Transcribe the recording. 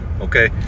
okay